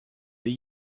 they